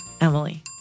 Emily